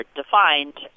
defined